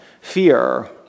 fear